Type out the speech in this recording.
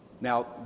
Now